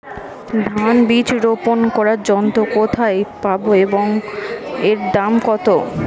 ধান বীজ রোপন করার যন্ত্র কোথায় পাব এবং এর দাম কত?